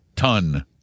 ton